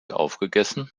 aufgegessen